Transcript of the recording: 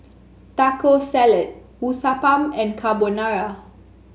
Taco Salad Uthapam and Carbonara